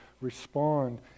respond